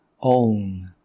own